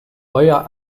euer